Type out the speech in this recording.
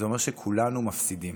זה אומר שכולנו מפסידים.